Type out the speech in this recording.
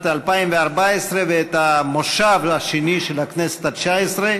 2014 ואת המושב השני של הכנסת התשע-עשרה.